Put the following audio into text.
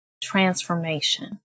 transformation